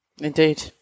Indeed